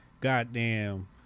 goddamn